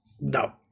No